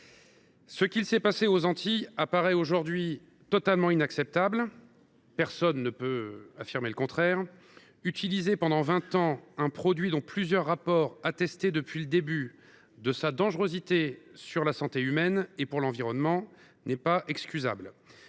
Ce qu’il s’est passé aux Antilles apparaît aujourd’hui comme totalement inacceptable. Personne ne peut affirmer le contraire : utiliser pendant vingt ans un produit dont plusieurs rapports attestaient, dès l’origine, la dangerosité pour la santé humaine et l’environnement n’est pas excusable.